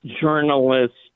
journalists